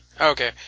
Okay